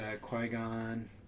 Qui-Gon